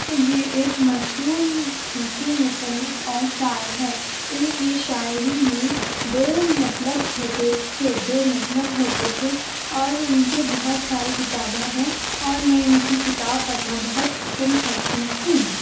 یہ ایک مشہور مشہور مصنف اور شاعر ہے ان کی شاعری میں دو مطلب ہوتے تھے دو مطلب ہوتے تھے اور ان کے بہت سارے کتابیں ہے اور میں ان کی کتاب پڑھنا بہت پسند کرتی ہوں